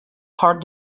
heart